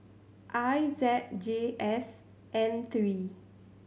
I Z J S N three